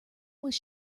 was